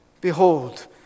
behold